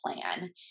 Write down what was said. plan